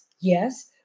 Yes